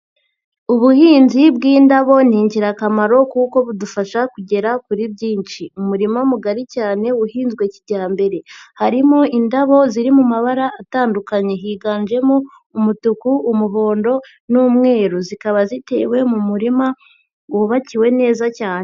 Ubuhinzi bw'indabo ni ingirakamaro kuko budufasha kugera kuri byinshi, umurima mugari cyane uhinzwe kijyambere harimo indabo ziri mu mabara atandukanye higanjemo umutuku, umuhondo n'umweru zikaba zitewe mu murima wubakiwe neza cyane.